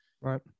right